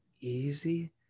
Easy